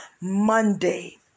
monday